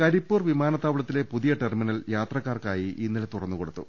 കരിപ്പൂർ വിമാനത്താവളത്തിലെ പുതിയ ടെർമിനൽ യാത്ര ക്കാർക്കായി ഇന്നലെ തുറന്നുകൊടുത്തു